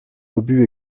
obus